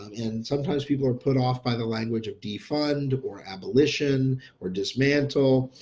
and sometimes people are put off by the language of defend and or abolition or dismantle.